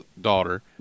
daughter